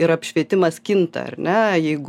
ir apšvietimas kinta ar ne jeigu